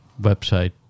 website